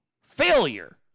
failure